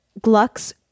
Gluck's